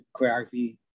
choreography